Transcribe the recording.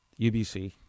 UBC